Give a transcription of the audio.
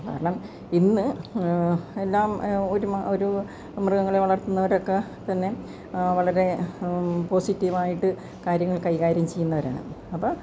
കാരണം ഇന്ന് എല്ലാം ഒരുമ ഒരൂ മൃഗങ്ങളെ വളർത്തുന്നവരൊക്കത്തന്നെ വളരെ പോസിറ്റീവായ്ട്ട് കാര്യങ്ങൾ കൈകാര്യം ചെയ്യുന്നവരാണ് അപ്പോൾ